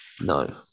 No